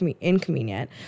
inconvenient